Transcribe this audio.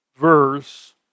verse